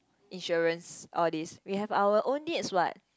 insurance all these we have our own needs what